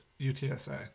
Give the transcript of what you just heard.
UTSA